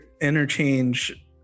interchange